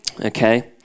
okay